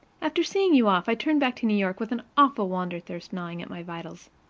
after seeing you off, i turned back to new york with an awful wander-thirst gnawing at my vitals.